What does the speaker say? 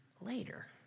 later